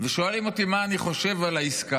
ושואלים אותי מה אני חושב על העסקה.